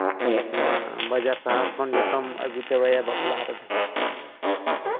ᱱᱚᱶᱟ ᱵᱟᱨᱭᱟ ᱥᱟᱦᱟᱨ ᱠᱷᱚᱱ ᱡᱚᱛᱚᱢ ᱟᱹᱜᱩ ᱪᱟᱵᱟᱭᱟ ᱵᱟᱯᱞᱟ ᱨᱮᱫᱚ